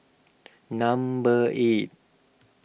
number eight